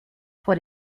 vor